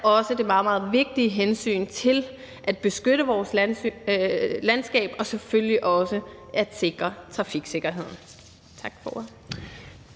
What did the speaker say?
også det meget, meget vigtige hensyn at beskytte vores landskab og selvfølgelig også at sikre trafiksikkerheden. Tak for